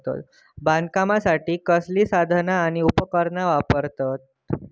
बागकामासाठी कसली साधना आणि उपकरणा वापरतत?